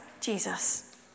Jesus